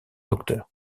docteurs